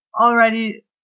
already